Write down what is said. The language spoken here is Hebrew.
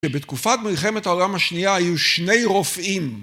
שבתקופת מלחמת העולם השנייה היו שני רופאים.